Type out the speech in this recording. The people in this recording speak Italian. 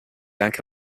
anche